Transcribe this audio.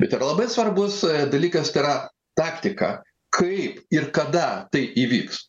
bet yra labai svarbus dalykas tai yra taktika kaip ir kada tai įvyks